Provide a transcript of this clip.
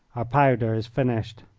our powder is finished.